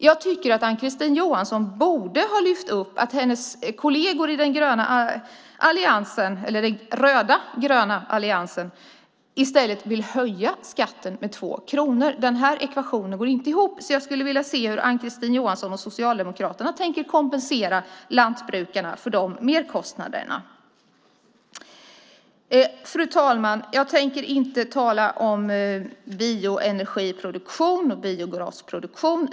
Jag tycker att Ann-Kristine Johansson borde ha lyft fram att hennes kolleger i den rödgröna alliansen i stället vill höja skatten med 2 kronor. Den där ekvationen går inte ihop, så jag skulle jag vilja se hur Ann-Kristine Johansson och Socialdemokraterna tänker kompensera lantbrukarna för merkostnaderna. Fru ålderspresident! Jag tänker inte tala om bioenergiproduktion och biogasproduktion.